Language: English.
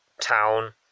town